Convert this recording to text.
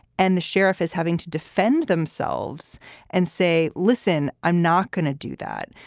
and the sheriff is having to defend themselves and say, listen, i'm not going to do that.